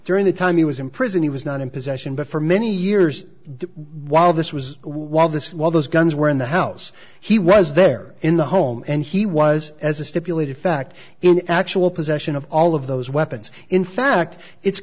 during the time he was in prison he was not in possession but for many years while this was while this while those guns were in the house he was there in the home and he was as a stipulated fact in actual possession of all of those weapons in fact it's